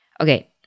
Okay